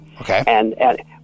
Okay